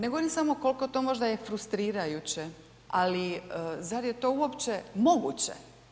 Ne govorim samo koliko je to možda frustrirajuće ali zar je to uopće moguće?